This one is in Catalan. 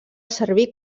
servir